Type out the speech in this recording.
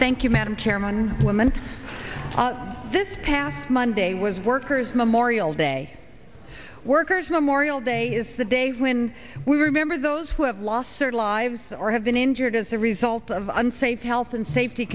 thank you madam chairman women this past monday was workers memorial day workers memorial day is the day when we remember those who have lost their lives or have been injured as a result of unsafe health and safety